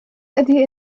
ydy